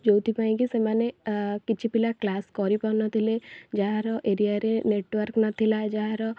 ଯେଉଁଥିପାଇଁ କି ସେମାନେ ଆଁ କିଛି ପିଲା କ୍ଲାସ୍ କରିପାରୁ ନ ଥିଲେ ଯାହାର ଏରିଆରେ ନେଟୱାର୍କ୍ ନ ଥିଲା ଯାହାର